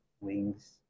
wings